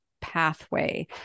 Pathway